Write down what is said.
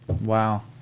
Wow